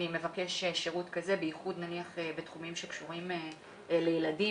אני מבקש שירות מסוים במיוחד בתחומים שקשורים לילדים,